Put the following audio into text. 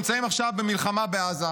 אנחנו נמצאים עכשיו במלחמה בעזה,